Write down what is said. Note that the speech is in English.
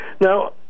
Now